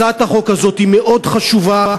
הצעת החוק הזאת היא מאוד חשובה,